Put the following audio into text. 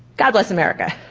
god bless america.